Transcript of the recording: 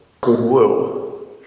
goodwill